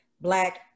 Black